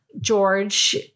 George